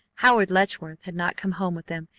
howard letchworth had not come home with them.